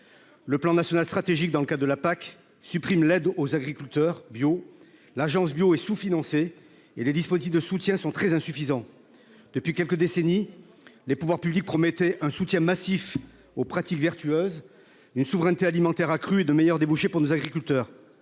Le plan national stratégique dans le cas de la PAC supprime l'aide aux agriculteurs bio. L'Agence Bio et sous-financé et les dispositifs de soutien sont très insuffisants depuis quelques décennies, les pouvoirs publics promettait un soutien massif aux pratiques vertueuses une souveraineté alimentaire accrue de meilleurs débouchés pour nos agriculteurs.